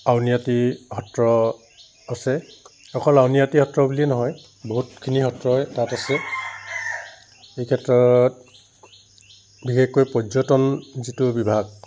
আউনী আটী সত্ৰ আছে অকল আউনী আটী সত্ৰ বুলিয়ে নহয় বহুতখিনি সত্ৰই তাত আছে সেইক্ষেত্ৰত বিশেষকৈ পৰ্যটন যিটো বিভাগ